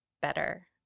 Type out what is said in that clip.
better